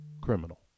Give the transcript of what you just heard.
criminal